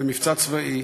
זה מבצע צבאי,